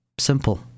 simple